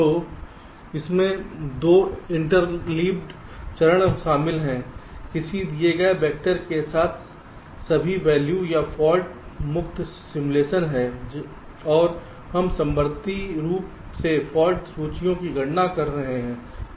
तो इसमें 2 इंटरलेव्ड चरण शामिल हैं किसी दिए गए वेक्टर के साथ सही वैल्यू या फाल्ट मुक्त सिमुलेशन है और हम समवर्ती रूप से फाल्ट सूचियों की गणना कर रहे हैं